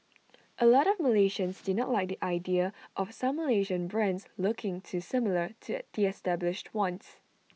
A lot of Malaysians do not like the idea of some Malaysian brands looking too similar to A the established ones